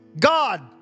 God